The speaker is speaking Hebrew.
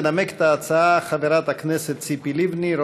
תנמק את ההצעה חברת הכנסת ציפי לבני,